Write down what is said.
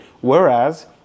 Whereas